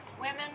Women